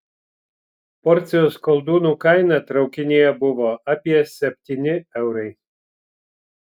porcijos koldūnų kaina traukinyje buvo apie septyni eurai